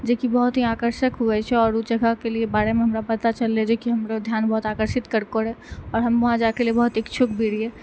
जेकी बहुत ही आकर्षक होइ छै आओर ओ जगह के लिए बारे मे हमरा पता चललै जे की हमरो ध्यान बहुत आकर्षित करै आओर हम वहाँ जाए के लिए बहुत इच्छुक भी रहियै